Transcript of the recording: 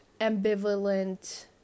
ambivalent